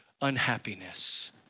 Unhappiness